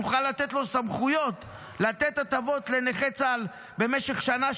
נוכל לתת לו סמכויות לתת הטבות לנכי צה"ל במשך שנה,